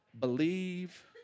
believe